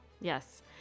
yes